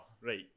right